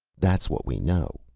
that's what we know.